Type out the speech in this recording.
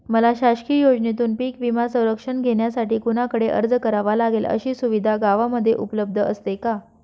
मला शासकीय योजनेतून पीक विमा संरक्षण घेण्यासाठी कुणाकडे अर्ज करावा लागेल? अशी सुविधा गावामध्ये उपलब्ध असते का?